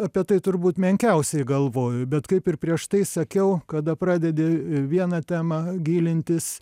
apie tai turbūt menkiausiai galvoju bet kaip ir prieš tai sakiau kada pradedi vieną temą gilintis